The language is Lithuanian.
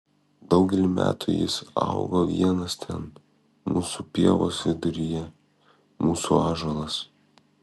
daugelį metų jis augo vienas ten mūsų pievos viduryje mūsų ąžuolas